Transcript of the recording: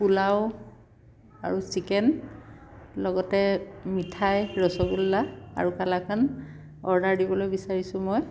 পোলাও আৰু চিকেন লগতে মিঠাই ৰসগোল্লা আৰু কালাকান অৰ্ডাৰ দিবলৈ বিচাৰিছোঁ মই